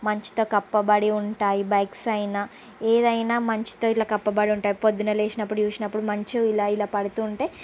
మంచుతో కప్పబడి ఉంటాయి బైక్స్ అయినా ఏదైనా మంచుతో ఇలా కప్పబడి ఉంటాయి పొద్దున లేచినప్పుడు చూసినప్పుడు మంచు ఇలా ఇలా పడుతుంటే